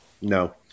no